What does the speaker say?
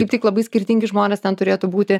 kaip tik labai skirtingi žmonės ten turėtų būti